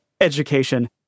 education